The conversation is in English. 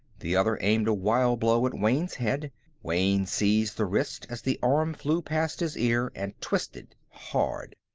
the other aimed a wild blow at wayne's head wayne seized the wrist as the arm flew past his ear, and twisted, hard.